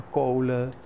kolen